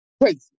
Crazy